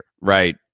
right